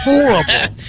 Horrible